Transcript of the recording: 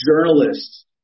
journalists